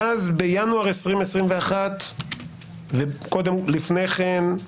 ואז בינואר 2021 ולפני כן,